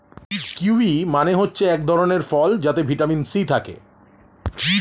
kiwi মানে হচ্ছে এক ধরণের ফল যাতে ভিটামিন সি থাকে